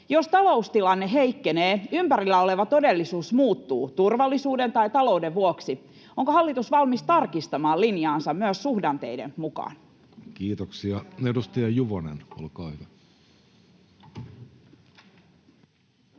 jos taloustilanne heikkenee, ympärillä oleva todellisuus muuttuu turvallisuuden tai talouden vuoksi, onko hallitus valmis tarkistamaan linjaansa myös suhdanteiden mukaan? Kiitoksia. — Edustaja Juvonen, olkaa hyvä.